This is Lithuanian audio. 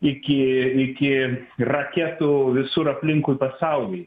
iki iki raketų visur aplinkui pasaulį į